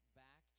back